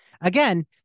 Again